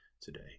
today